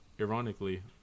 ironically